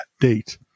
date